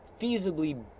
feasibly